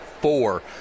four